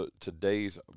today's